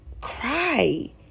cry